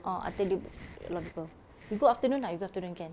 ah I tell you a lot of people we go afternoon lah we go afternoon can